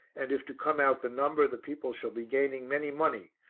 and if to come out the number, the people shall be gaining many money,